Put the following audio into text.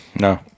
No